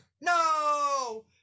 no